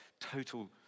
total